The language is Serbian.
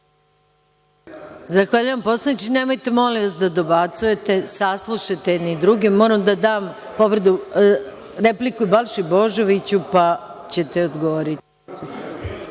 dobacuju.)Poslaniče, nemojte molim vas da dobacujete. Saslušajte jedni druge. Moram da dam repliku Balši Božoviću pa ćete odgovoriti.